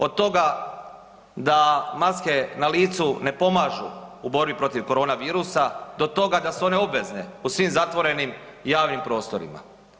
Od toga da maske na licu ne pomažu u borbi protiv korona virusa do toga da su one obvezne u svim zatvorenim javnim prostorima.